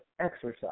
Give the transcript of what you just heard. exercise